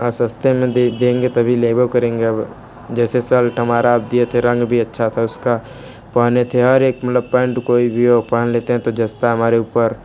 और सस्ते में दे देंगे तभी लेबो करेंगे अब जैसे सल्ट हमारा दिए थे रंग भी अच्छा था उसका पहने थे हर एक मतलब पैंट कोई भी हो पहन लेतें हैं तो जचता है हमारे ऊपर